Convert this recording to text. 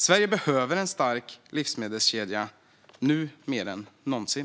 Sverige behöver en stark livsmedelskedja nu mer än någonsin.